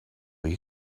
you